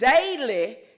daily